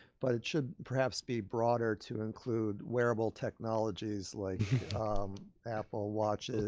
but it should perhaps be broader to include wearable technologies like apple watches